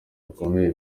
bakomeye